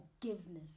forgiveness